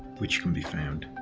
which can be found,